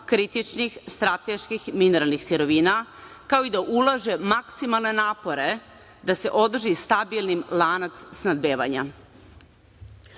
kritičkih, strateških, mineralnih sirovina, kao i da ulaže maksimalne napore da se održi stabilnim lanac snabdevanja.